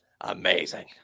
Amazing